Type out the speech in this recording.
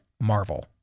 marvel